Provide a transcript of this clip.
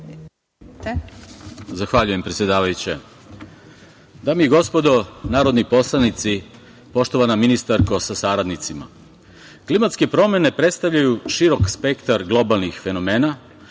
Zahvaljujem predsedavajuća. Dame i gospodo narodni poslanici, poštovana ministarko sa saradnicima. Klimatske promene predstavljaju širok spektar globalnih fenomena,